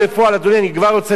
אני כבר רוצה לסיים,